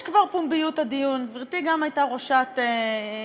יש כבר פומביות הדיון, גברתי גם הייתה ראשת עיר.